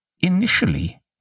initially